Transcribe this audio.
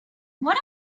what